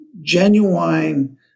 genuine